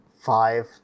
five